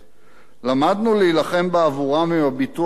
למדנו להילחם בעבורם עם הביטוח הלאומי,